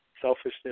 selfishness